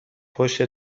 پشت